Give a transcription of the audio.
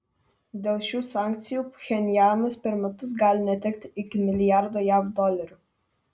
dėl šių sankcijų pchenjanas per metus gali netekti iki milijardo jav dolerių